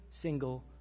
single